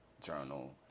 journal